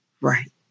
right